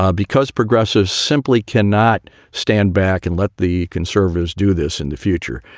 ah because progressive simply cannot stand back and let the conservatives do this in the future.